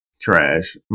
trash